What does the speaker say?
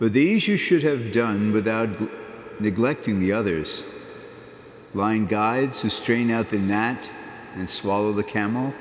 but these you should have done without neglecting the others lying guides you strain out the gnat and swallow the camel